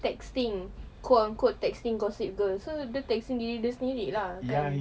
texting quote unquote texting gossip girl so dia texting diri dia sendiri lah kan